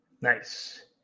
Nice